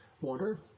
water